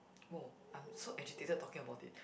!woah! I'm so agitated talking about it